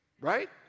right